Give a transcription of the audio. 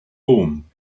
home